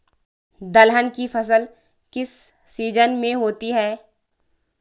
दलहन की फसल किस सीजन में होती है?